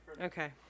Okay